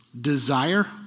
desire